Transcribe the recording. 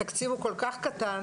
התקציב הוא כל כך קטן,